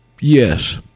Yes